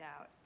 out